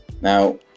Now